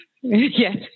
yes